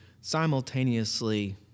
simultaneously